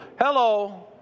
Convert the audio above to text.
Hello